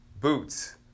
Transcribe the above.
boots